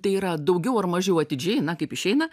tai yra daugiau ar mažiau atidžiai na kaip išeina